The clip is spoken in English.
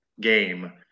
game